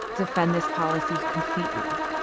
defend this policy completely.